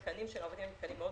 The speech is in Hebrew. התקנים של העובדים מאוד נמוכים.